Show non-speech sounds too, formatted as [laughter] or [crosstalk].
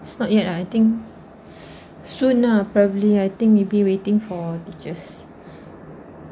it's not yet lah I think [breath] sooner probably I think maybe waiting for teachers [breath]